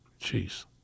Jeez